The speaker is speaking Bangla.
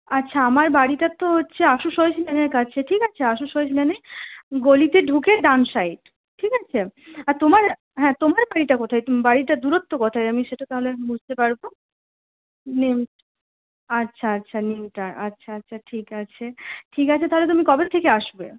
আচ্ছা আমার বাড়িটা তো হচ্ছে আশু সরেশ লেনের কাছে ঠিক আছে আশু সরেশ লেনে গলিতে ঢুকে ডান সাইড ঠিক আছে আর তোমার হ্যাঁ তোমার বাড়িটা কোথায় বাড়িটার দূরত্ব কোথায় আমি সেটা তাহলে বুঝতে পারবো আচ্ছা আচ্ছা নিমতার আচ্ছা আচ্ছা ঠিক আছে ঠিক আছে তাহলে তুমি কবের থেকে আসবে